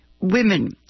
Women